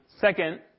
second